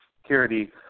security